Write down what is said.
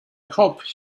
hope